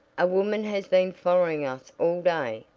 a woman has been following us all day,